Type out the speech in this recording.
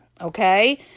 okay